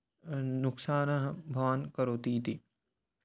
नुक्साानः भवान् करोति इति